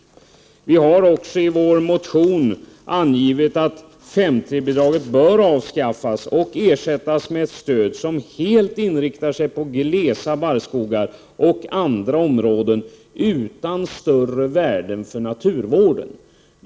Vi har också i vår motion angivit att 5:3-bidraget bör avskaffas och ersättas med ett stöd som helt inriktar sig på glesa barrskogar och andra områden utan större värden för naturvården.